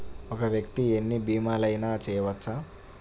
ఒక్క వ్యక్తి ఎన్ని భీమలయినా చేయవచ్చా?